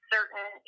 certain